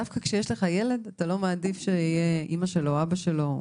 דווקא כשיש לך ילד אתה לא מעדיף שזה יהיה אמא שלו או אבא שלו,